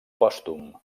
pòstum